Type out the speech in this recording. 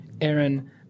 Aaron